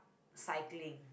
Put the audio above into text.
cycling